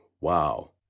Wow